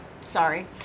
Sorry